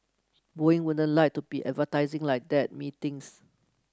Boeing wouldn't like to be advertising like that methinks